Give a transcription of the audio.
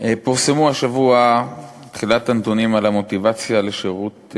השבוע פורסמו נתונים על המוטיבציה לשירות,